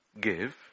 give